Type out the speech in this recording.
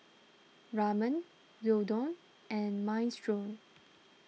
Ramen Gyudon and Minestrone